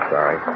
Sorry